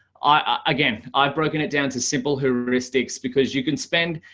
ah again, i've b oken it down to simple heuris ics because you can spend,